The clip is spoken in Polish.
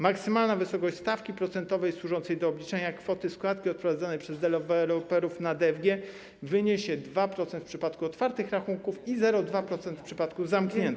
Maksymalna wysokość stawki procentowej służącej do obliczenia kwoty składki odprowadzanej przez deweloperów na DFG wyniesie 2% w przypadku otwartych rachunków i 0,2% w przypadku zamkniętych.